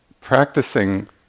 practicing